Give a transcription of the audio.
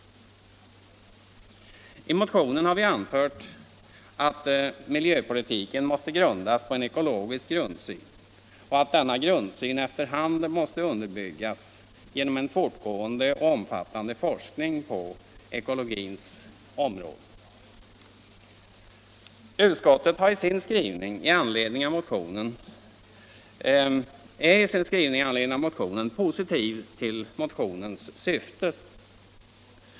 I motionen har vi anfört att miljöpolitiken måste grundas på en eko 115 logisk grundsyn och att denna grundsyn efter hand måste underbyggas genom en fortgående och omfattande forskning på ekologins område. Utskottet är i sin skrivning i anledning av motionen positiv till motionens syfte.